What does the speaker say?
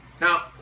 now